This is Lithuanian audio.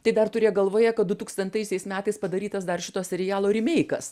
tai dar turėk galvoje kad dutūkstantaisiais metais padarytas dar šito serialo rymeikas